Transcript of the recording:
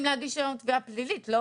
להגיש תביעה פלילית, לא?